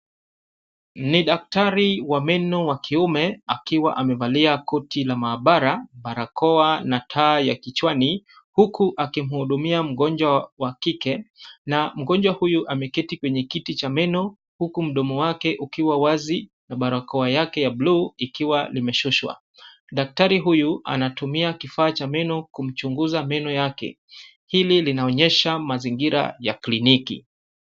Ni daktari wa meno wa kiume akiwa amevalia koti la maabara, barakoa na taa ya kichwani, huku akimhudumia mgonjwa wa kike, na mgonjwa huyu ameketi kwenye kiti cha meno, huku mdomo wake ukiwa wazi na barakoa yake ya bluu ikiwa limeshushwa. Daktari huyu anatumia kifaa cha meno kumchunguza meno yake. Hili linaonyesha mazingira ya kliniki.